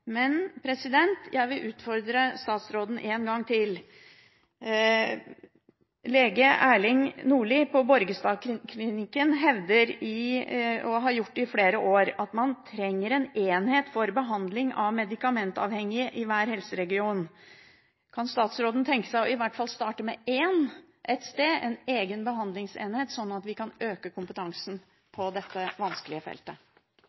Men jeg vil utfordre statsråden en gang til. Lege Egil Nordlie ved Borgestadklinikken hevder, og har gjort det i flere år, at man trenger en enhet for behandling av medikamentavhengige i hver helseregion. Kan statsråden tenke seg å starte med i hvert fall én egen behandlingsenhet ett sted, sånn at vi kan øke kompetansen på dette vanskelige feltet?